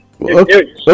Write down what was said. Okay